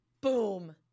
boom